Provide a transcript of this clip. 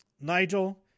Nigel